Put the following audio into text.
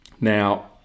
Now